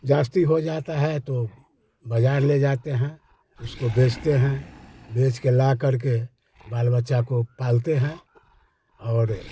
जास्ती हो जाता है तो बाज़ार ले जाते हैं उसको बेचते हैं बेच कर ला कर के बाल बच्चों को पालते हैं और